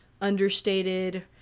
understated